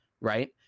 right